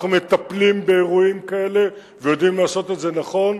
אנחנו מטפלים באירועים כאלה ויודעים לעשות את זה נכון,